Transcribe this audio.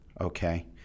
Okay